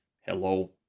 hello